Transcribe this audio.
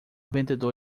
vendedor